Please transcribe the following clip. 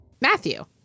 Matthew